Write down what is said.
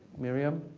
miriam